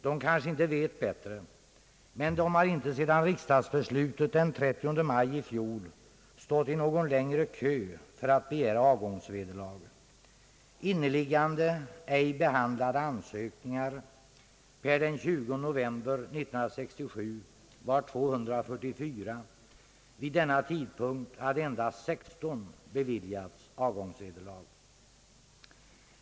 De kanske inte vet bättre, men sedan riksdagsbeslutet den 30 maj i fjol har de inte stått i någon längre kö för att begära avgångsvederlag. Inneliggande ej behandlade ansökningar per den 9 november 1967 var 244. Vid denna tidpunkt hade endast 16 beviljats avgångsvederlag.